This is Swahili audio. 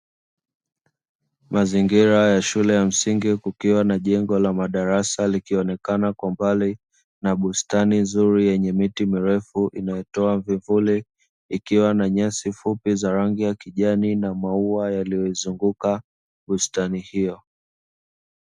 Mazingira ya shule ya msingi kukiwa na jengo la madarasa likionekana kwa mbali, na bustani nzuri yenye miti mirefu inayotoa vivuli, ikiwa na nyasi fupi za rangi ya kijani na maua yaliyozunguka bustani hiyo.